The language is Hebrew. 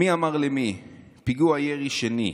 מי אמר למי: "פיגוע ירי שני,